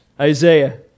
Isaiah